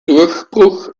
durchbruch